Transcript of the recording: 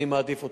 אני מעדיף אותם.